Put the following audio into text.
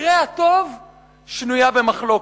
במקרה הטוב, שנויה במחלוקת.